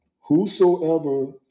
whosoever